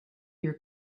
your